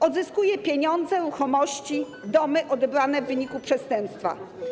Odzyskuje pieniądze, ruchomości, domy odebrane w wyniku przestępstwa.